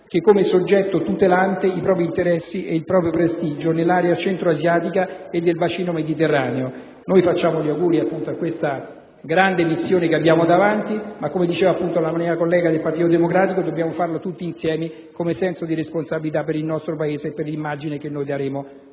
che come soggetto tutelante i propri interessi ed il proprio prestigio nell'area centro-asiatica e del bacino mediterraneo. Facciamo dunque gli auguri per questa grande missione che abbiamo davanti, ma come diceva la collega del Partito Democratico che mi ha preceduto, dobbiamo farlo tutti insieme con senso di responsabilità per il nostro Paese e per l'immagine che daremo